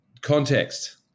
context –